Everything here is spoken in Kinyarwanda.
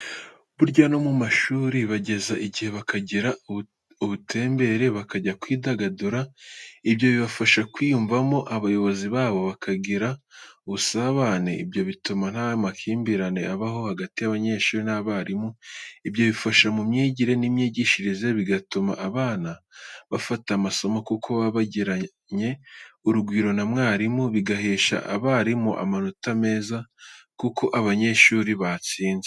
Burya no mu mashuri bageza igihe bakagira ubutembere bakajya kwidagadura, ibyo bibafasha kwiyumvamo abayobozi babo, bakagirana ubusabane, ibyo bituma nta makimbirane abaho hagati y'abanyeshuri n'abarimu, ibyo bifasha mu myigire n'imyigishirize bigatuma abana bafata amasomo kuko baba bagiranye urugwiro na mwarimu, bigahesha abarimu amanota meza kuko abanyeshuri batsinze.